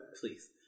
Please